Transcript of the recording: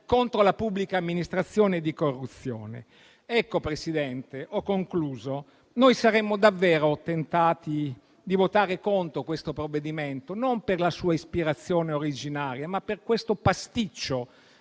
contro la pubblica amministrazione e di corruzione. Signor Presidente, ho concluso. Noi saremmo davvero tentati di votare contro questo provvedimento, non per la sua ispirazione originaria, ma per questo pasticcio.